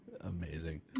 amazing